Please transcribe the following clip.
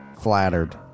flattered